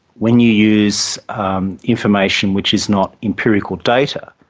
when you use um information which is not empirical data,